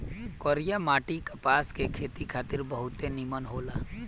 करिया माटी कपास के खेती खातिर बहुते निमन होला